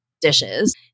dishes